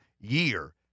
year